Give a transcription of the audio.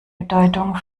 bedeutung